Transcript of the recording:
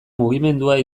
mugimendua